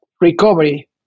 recovery